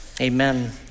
Amen